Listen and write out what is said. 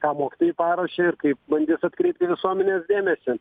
ką mokytojai paruošė ir kaip bandys atkreipti visuomenės dėmesį